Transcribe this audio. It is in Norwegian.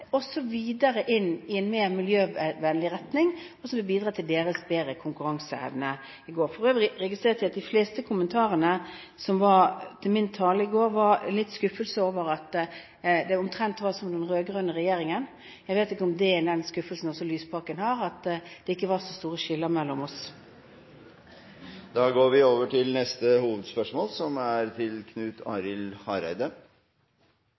videre inn i en mer miljøvennlig retning, og som vil bidra til deres bedrede konkurranseevne. I går registrerte jeg for øvrig at de fleste kommentarene etter min tale i går, uttrykte skuffelse over at det omtrent var som med den rød-grønne regjeringen. Jeg vet ikke om det er den skuffelsen også Lysbakken har, at det ikke var så store skiller mellom oss. Vi går til neste hovedspørsmål. Det er